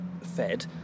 fed